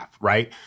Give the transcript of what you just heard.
right